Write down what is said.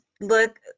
look